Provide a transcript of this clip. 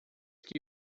que